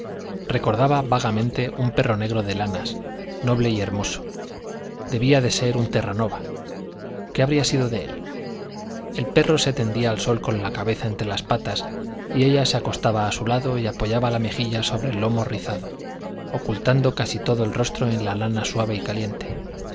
recordaba vagamente un perro negro de lanas noble y hermoso debía de ser un terranova qué habría sido de él el perro se tendía al sol con la cabeza entre las patas y ella se acostaba a su lado y apoyaba la mejilla sobre el lomo rizado ocultando casi todo el rostro en la lana suave y caliente